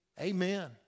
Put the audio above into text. Amen